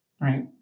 right